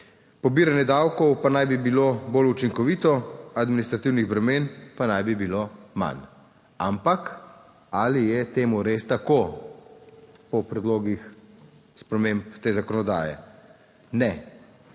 pobiranje davkov pa naj bi bilo bolj učinkovito, administrativnih bremen pa naj bi bilo manj. Ampak, ali je temu res tako po predlogih sprememb te zakonodaje? Ne,